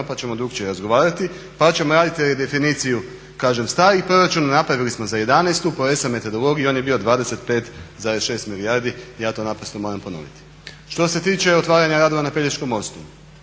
pa ćemo drukčije razgovarati pa ćemo raditi definiciju. Kažem stari proračun napravili smo za 2011.po ESA metodologiji i on je bio 25,6 milijardi i ja to moram ponoviti. Što se tiče otvaranja radova na Pelješkom mostu,